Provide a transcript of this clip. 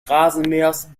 rasenmähers